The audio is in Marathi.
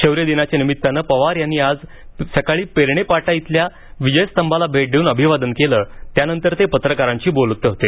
शौर्यदिनाच्या निमित्तानं पवार यांनी आज सकाळी पेरणे फाटा इथल्या विजय स्तंभाला भेट देऊन अभिवादन केलं त्यानंतर ते पत्रकारांशी बोलत होते